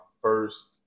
first